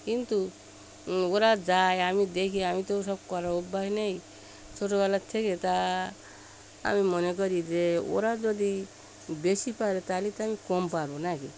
কিন্তু ওরা যায় আমি দেখি আমি তো ও সব করার অভ্যাস নেই ছোটবেলার থেকে তা আমি মনে করি যে ওরা যদি বেশি পারে তাহলে তো আমি কম পারব নাাকি